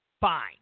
Fine